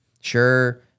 sure